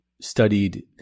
studied